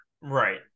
right